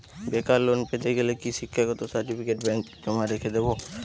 বেকার লোন পেতে গেলে কি শিক্ষাগত সার্টিফিকেট ব্যাঙ্ক জমা রেখে দেবে?